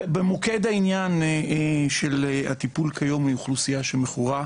במוקד העניין של הטיפול כיום עם אוכלוסייה שמכורה לקנאביס,